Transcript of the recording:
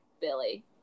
Billy